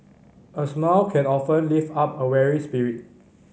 a smile can often lift up a weary spirit